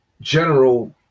general